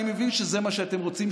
אני מבין שזה מה שאתם רוצים,